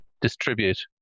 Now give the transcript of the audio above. distribute